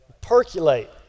percolate